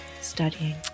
studying